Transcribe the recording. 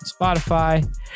Spotify